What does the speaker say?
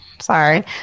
sorry